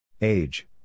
Age